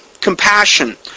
Compassion